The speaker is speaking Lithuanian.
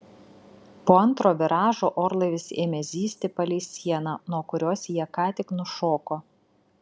po antro viražo orlaivis ėmė zyzti palei sieną nuo kurios jie ką tik nušoko